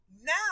now